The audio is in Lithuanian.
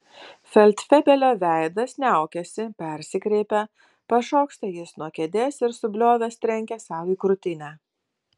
feldfebelio veidas niaukiasi persikreipia pašoksta jis nuo kėdės ir subliovęs trenkia sau į krūtinę